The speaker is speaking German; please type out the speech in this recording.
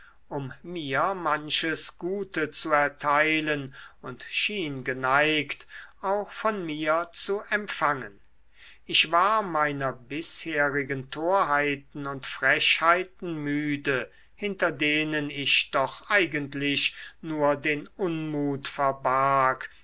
um mir manches gute zu erteilen und schien geneigt auch von mir zu empfangen ich war meiner bisherigen torheiten und frechheiten müde hinter denen ich doch eigentlich nur den unmut verbarg